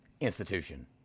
institution